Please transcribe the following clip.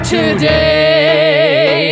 Today